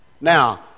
Now